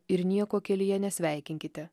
ir nieko kelyje nesveikinkite